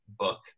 book